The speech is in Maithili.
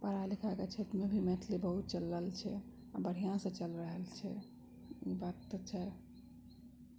पढ़ाइ लिखायके क्षेत्रमे भी मैथिली बहुत चलल छै आओर बढ़िआँसँ चलि रहल छै बात तऽ छै